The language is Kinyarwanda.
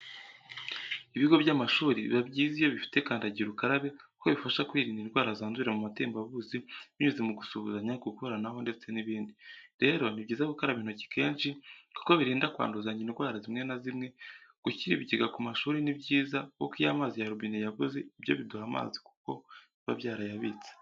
Ibigo by'amashuri biba byiza iyo bifite kandagira ukarabe kuko bifasha kwirinda indwara zandurira mu matembabuzi binyuze mu gusuhuzanya, gukoranaho ndetse n'ibindi. Rero ni byiza gukaraba intoki kenshi kuko birinda kwandura indwara zimwe na zimwe, gushyira ibigega ku mashuri ni byiza kuko iyo amazi ya robine yabuze byo biduha amazi kuko biba byarayabitse.